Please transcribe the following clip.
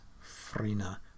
Frina